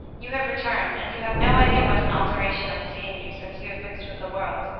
you have returned, and you have no idea what an alteration i see in you since you have mixed with the world,